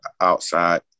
outside